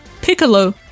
Piccolo